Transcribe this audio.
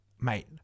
Mate